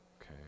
Okay